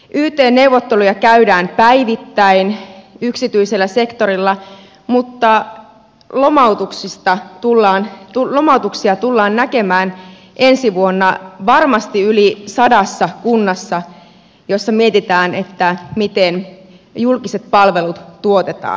yt neuvotteluja käydään päivittäin yksityisellä sektorilla mutta lomautuksia tullaan näkemään ensi vuonna varmasti yli sadassa kunnassa joissa mietitään miten julkiset palvelut tuotetaan